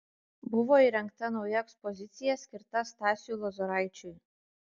buvo įrengta nauja ekspozicija skirta stasiui lozoraičiui